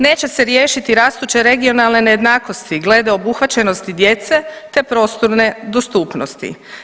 Neće se riješiti rastuće regionalne nejednakosti glede obuhvaćenosti djece te prostorne dostupnosti.